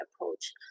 approach